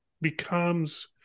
becomes